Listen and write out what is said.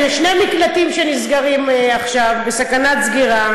שני מקלטים נסגרים עכשיו, בסכנת סגירה.